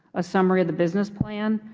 a summary of the business plan,